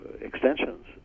extensions